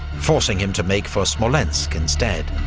forcing him to make for smolensk instead.